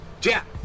Jack